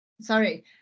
Sorry